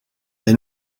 est